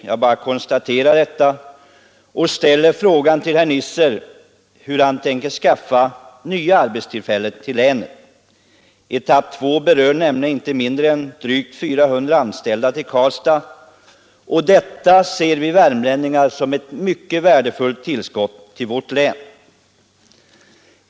Jag konstaterar bara detta och ställer frågan till herr Nisser hur han tänker skaffa nya arbetstillfällen till länet. Etapp 2 berör nämligen inte mindre än drygt 400 anställda till Karlstad, och detta ser vi värmlänningar som ett mycket värdefullt tillskott till vårt län.